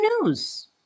news